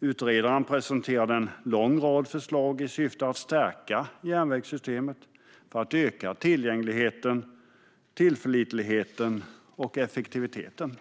Utredaren presenterar en lång rad förslag i syfte att stärka järnvägssystemet och att öka tillgängligheten, tillförlitligheten och effektiviteten.